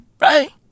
Right